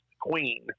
Queen